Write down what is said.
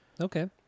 Okay